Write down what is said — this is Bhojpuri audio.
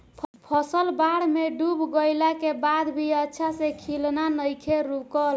फसल बाढ़ में डूब गइला के बाद भी अच्छा से खिलना नइखे रुकल